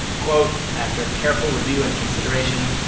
quote, after careful review and consideration,